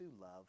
love